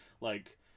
Like-